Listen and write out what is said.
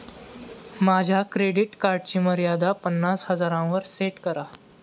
माझ्या क्रेडिट कार्डची मर्यादा पन्नास हजारांवर सेट करा